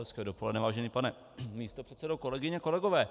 Hezké dopoledne, vážený pane místopředsedo, kolegyně, kolegové.